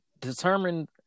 determined